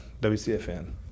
WCFN